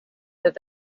there